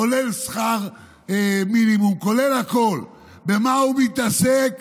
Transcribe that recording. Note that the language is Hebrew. כולל שכר מינימום, כולל הכול, במה הוא מתעסק?